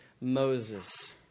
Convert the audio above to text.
Moses